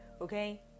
Okay